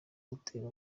gutera